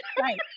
Right